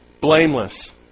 blameless